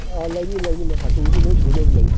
ꯑꯥ ꯂꯩꯅꯤ ꯂꯩꯅꯤ ꯃꯆꯨꯕꯨꯗꯤ ꯂꯣꯏ ꯁꯨꯅꯕ ꯂꯩꯅꯤ